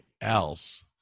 else